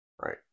right